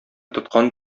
тоткан